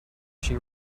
she